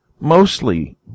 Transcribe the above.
mostly